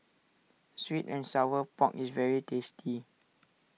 Sweet and Sour Pork is very tasty